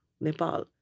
Nepal